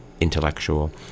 intellectual